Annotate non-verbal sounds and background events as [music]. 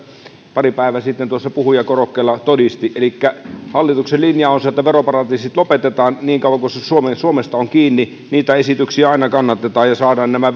pari päivää sitten tuossa puhujakorokkeella todisti elikkä hallituksen linja on se että veroparatiisit lopetetaan niin kauan kuin se suomesta on kiinni niitä esityksiä aina kannatetaan ja saadaan nämä [unintelligible]